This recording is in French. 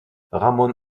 ramón